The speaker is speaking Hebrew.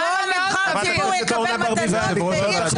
חברת הכנסת אורנה ברביבאי, אני קורא אותך